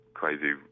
crazy